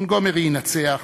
מונטגומרי ינצח,